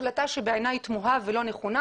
החלטה שבעיניי היא תמוהה ולא נכונה.